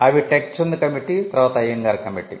అవి టెక్ చంద్ కమిటీ తరువాత అయ్యంగార్ కమిటీ